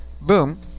Boom